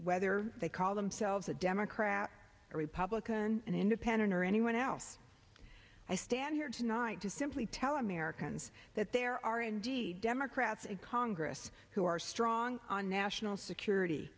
whether they call themselves a democrat or republican and independent or anyone else i stand here tonight to simply tell americans that there are indeed democrats in congress who are strong on national security